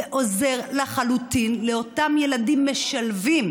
זה עוזר לחלוטין לאותם ילדים משלבים.